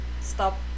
stop